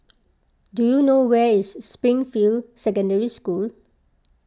do you know where is Springfield Secondary School